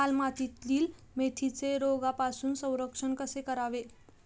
लाल मातीतील मेथीचे रोगापासून संरक्षण कसे करावे?